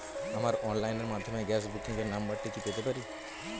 আমার অনলাইনের মাধ্যমে গ্যাস বুকিং এর নাম্বারটা কি পেতে পারি?